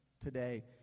today